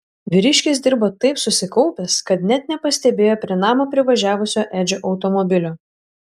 vyriškis dirbo taip susikaupęs kad net nepastebėjo prie namo privažiavusio edžio automobilio